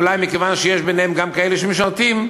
אולי מכיוון שיש ביניהם גם כאלה שמשרתים,